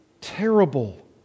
terrible